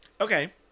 Okay